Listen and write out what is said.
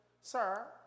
sir